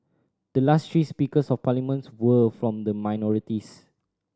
the last three Speakers of Parliament were from the minorities